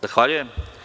Zahvaljujem.